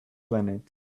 planet